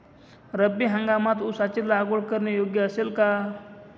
रब्बी हंगामात ऊसाची लागवड करणे योग्य असेल का?